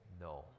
no